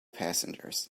passengers